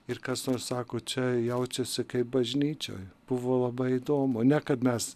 ir kas nors sako čia jaučiasi kaip bažnyčioj buvo labai įdomu ne kad mes